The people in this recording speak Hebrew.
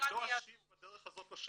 אני לא אשיב בדרך הזאת לשאלות,